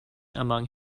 among